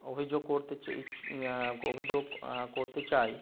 অভিযোগ করতে চে ইছ অভিযোগ করতে চাই